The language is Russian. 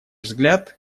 взгляд